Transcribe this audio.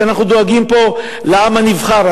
שאנחנו דואגים פה לעם הנבחר,